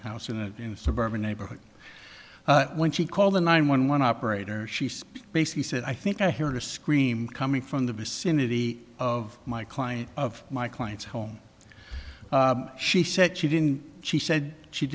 house in a suburban neighborhood when she called the nine one one operator she spoke basically said i think i heard a scream coming from the vicinity of my client of my client's home she said she didn't she said she